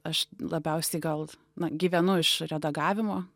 aš labiausiai gal gyvenu iš redagavimo